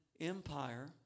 empire